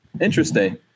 Interesting